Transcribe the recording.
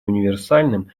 универсальным